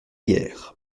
hier